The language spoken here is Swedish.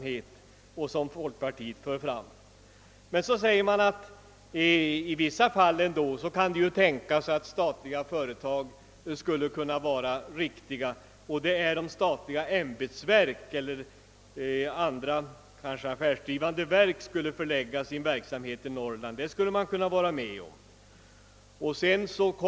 Längre fram i motionen skriver man emellertid att det kanske i vissa fall ändå kan tänkas att en lokalisering av statliga företag är berättigad, nämligen om statliga ämbetsverk eller kanske affärsdrivande verk skulle förlägga sin verksamhet till Norrland. Det skulle man kunna gå med på.